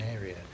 area